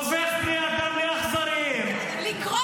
הופך בני אדם לאכזריים -- לכרות ראשים,